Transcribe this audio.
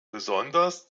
besonders